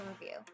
review